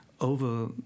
over